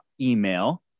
email